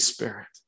Spirit